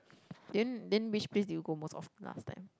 then then which place did you go most of the last time